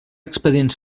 expedients